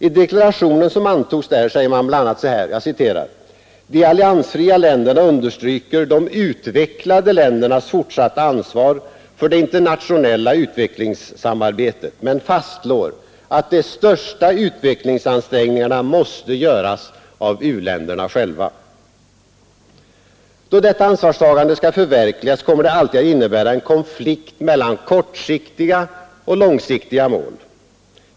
I deklarationen som antogs säger man bl.a. så här: ”De alliansfria länderna understryker de utvecklade ländernas fortsatta ansvar för det internationella utvecklingssamarbetet, men fastslår, att de största utvecklingsansträngningarna måste ——— göras av u-länderna själva.” Då detta ansvarstagande skall förverkligas kommer det alltid att innebära en konflikt mellan kortsiktiga och långsiktiga mål.